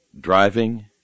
driving